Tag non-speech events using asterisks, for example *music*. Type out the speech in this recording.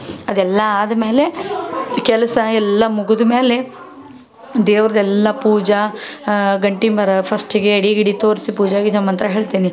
ಅದೆಲ್ಲ ಆದ್ಮೇಲೆ ಕೆಲಸ ಎಲ್ಲ ಮುಗಿದ ಮೇಲೆ ದೇವ್ರದ್ದೆಲ್ಲ ಪೂಜೆ *unintelligible* ಫಸ್ಟಿಗೆ ಎಡೆ ಗೀಡಿ ತೋರಿಸಿ ಪೂಜೆ ಗೀಜ ಮಂತ್ರ ಹೇಳ್ತೇನೆ